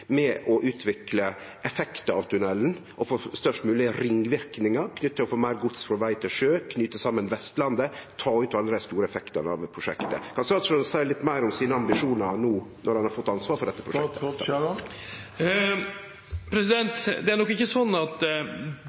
å utvikle effektar av tunnelen og få størst mogleg ringverknader knytte til å få meir gods frå veg til sjø, til å knyte saman Vestlandet og til å ta ut alle dei store effektane av dette prosjektet. Kan statsråden seie litt meir om ambisjonane sine no når han har fått ansvar for dette prosjektet? Det er nok ikke slik at